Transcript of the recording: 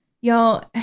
Y'all